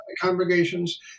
congregations